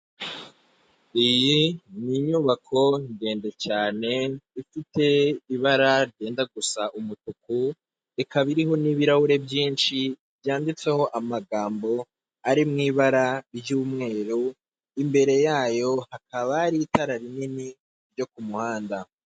Iyi ni inyubako ndende cyane, ifite ibara ryenda gusa umutuku, ikaba iriho n'ibirahure byinshi, byanditseho amagambo ari mu ibara ry'umweru, imbere yayo hakaba hari itara rinini ryo kumuhanda.